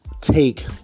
take